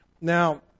Now